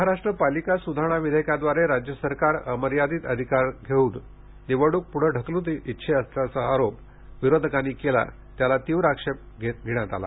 महाराष्ट्र पालिका सुधारणा विधेयकाद्वारे राज्य सरकार अमर्यादित अधिकार घेऊन निवडणूक प्ढं ढकलू इच्छित असल्याचा आरोप करत विरोधकांनी याला तीव्र आक्षेप घेतला